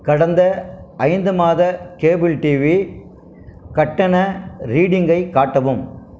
கடந்த ஐந்து மாத கேபிள் டிவி கட்டண ரீடிங்கை காட்டவும்